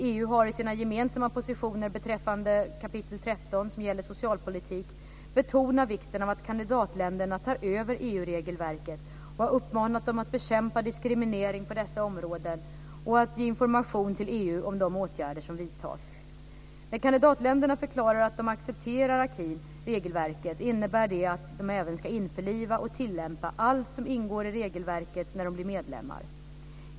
EU har i sina gemensamma positioner beträffande kapitel 13, som gäller socialpolitik, betonat vikten av att kandidatländerna tar över EU-regelverket och har uppmanat dem att bekämpa diskriminering på dessa områden och att ge information till EU om de åtgärder som vidtas. När kandidatländerna förklarar att de accepterar akin - regelverket - innebär det att de även ska införliva och tillämpa allt som ingår i regelverket när de blir medlemmar.